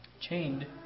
chained